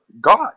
God